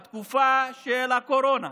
בתקופה של הקורונה,